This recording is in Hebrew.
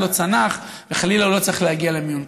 לא צנח וחלילה לא צריך להגיע למיון.